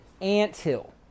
anthill